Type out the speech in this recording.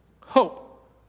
Hope